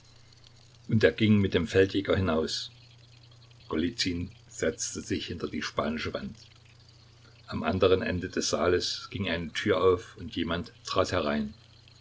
und er ging mit dem feldjäger hinaus golizyn setzte sich hinter die spanische wand am anderen ende des saales ging eine tür auf und jemand trat herein